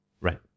Right